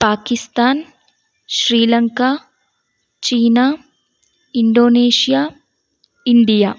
Pakistan Sri Lanka China Indonesia India